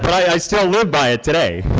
i still live by it today.